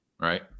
right